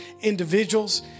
individuals